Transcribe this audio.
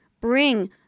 bring